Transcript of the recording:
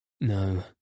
No